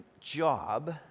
job